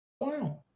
Wow